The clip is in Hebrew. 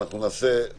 אני רוצה לומר